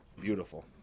beautiful